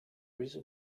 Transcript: reason